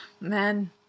men